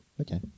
Okay